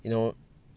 you know